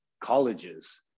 colleges